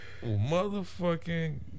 Motherfucking